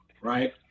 right